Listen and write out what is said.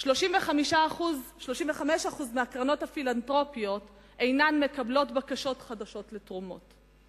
ו-35% מהקרנות הפילנתרופיות אינן מקבלות בקשות חדשות לתרומות.